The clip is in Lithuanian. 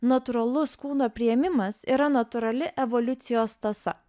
natūralus kūno priėmimas yra natūrali evoliucijos tąsa